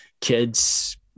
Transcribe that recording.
kids